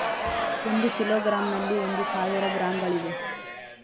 ಒಂದು ಕಿಲೋಗ್ರಾಂ ನಲ್ಲಿ ಒಂದು ಸಾವಿರ ಗ್ರಾಂಗಳಿವೆ